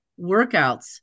workouts